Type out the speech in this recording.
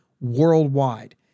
worldwide